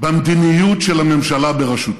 ובמדיניות של הממשלה בראשותי.